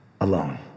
alone